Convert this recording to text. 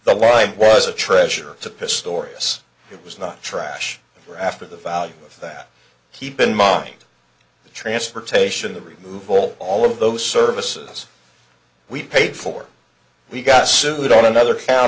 the line was a treasure to pistorius it was not trash after the value of that keep in mind the transportation the removal all of those services we paid for we got sued on another count